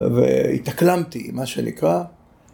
‫והתאקלמתי, מה שנקרא.